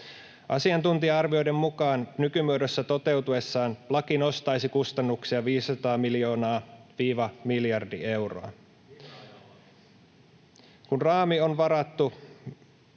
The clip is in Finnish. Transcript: Asiantuntija-arvioiden mukaan nykymuodossa toteutuessaan laki nostaisi kustannuksia 500 miljoonasta miljardiin euroa, [Timo Harakka: